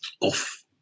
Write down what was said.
off